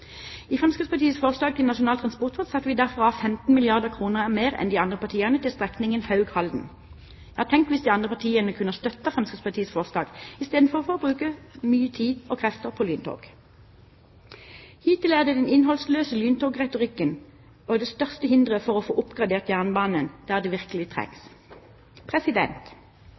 I Fremskrittspartiets forslag til Nasjonal transportplan satte vi derfor av 15 milliarder kr mer enn de andre partiene til strekningen Haug–Halden. Tenk hvis de andre partiene kunne ha støttet Fremskrittspartiets forslag i stedet for å bruke mye tid og krefter på lyntog. Hittil er den innholdsløse lyntogretorikken også det største hinderet for å få oppgradert jernbanen der det virkelig